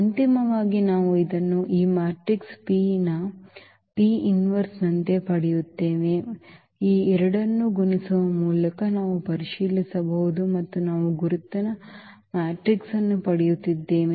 ಅಂತಿಮವಾಗಿ ನಾವು ಇದನ್ನು ಈ ಮ್ಯಾಟ್ರಿಕ್ಸ್ P ಯ ನಂತೆ ಪಡೆಯುತ್ತೇವೆ ಈ ಎರಡನ್ನೂ ಗುಣಿಸುವ ಮೂಲಕ ನಾವು ಪರಿಶೀಲಿಸಬಹುದು ಮತ್ತು ನಾವು ಗುರುತಿನ ಮ್ಯಾಟ್ರಿಕ್ಸ್ ಅನ್ನು ಪಡೆಯುತ್ತಿದ್ದೇವೆ